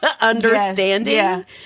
understanding